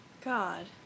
God